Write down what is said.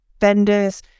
vendors